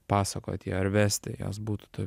pasakoti ar vesti jos būtų